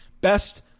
best